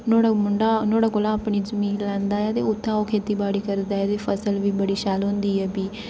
उत्थै नोआड़े मुंढ़ा कोह्ला नोआड़े कोह्ला अपनी जमीन लैंदा ऐ ते उत्थै ओह् खेती बाड़ी करदा ऐ ते फसल बी बड़ी शैल होंदी ऐ ते फ्ही